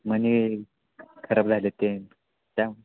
मनी खराब झाले ते जाम